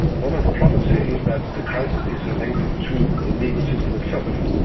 one of the problems here is that the crisis is related to the legal system itself.